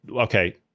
okay